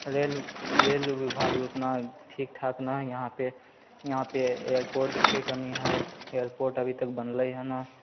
rail rail विभाग भी उतना ठीक ठाक नहि है यहाँपे यहाँपे एयरपोर्टके कमी है एयरपोर्ट अभीतक बनलै ह न